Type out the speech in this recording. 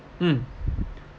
um